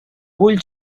vull